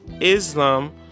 Islam